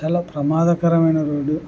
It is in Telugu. చాలా ప్రమాదకరమైన రోడ్డు